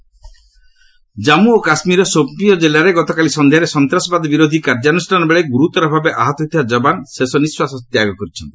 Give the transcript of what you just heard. J and K Jammu ଓ କାଶ୍ମୀରର ସୋପିଆଁ କିଲ୍ଲାରେ ଗତକାଲି ସନ୍ଧ୍ୟାରେ ସନ୍ତାସବାଦ ବିରୋଧୀ କାର୍ଯ୍ୟାନୁଷ୍ଠାନ ବେଳେ ଗୁରୁତର ଭାବେ ଆହତ ହୋଇଥିବା ଯବାନ ଶେଷ ନିଶ୍ୱାସ ତ୍ୟାଗ କରିଛନ୍ତି